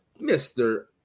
Mr